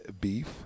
beef